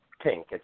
pink